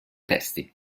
testi